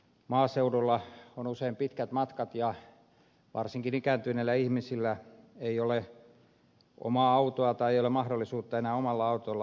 maaseudulla on usein pitkät matkat ja varsinkaan ikääntyneillä ihmisillä ei ole omaa autoa tai ei ole mahdollisuutta enää omalla autolla ajaa